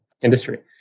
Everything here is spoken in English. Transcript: industry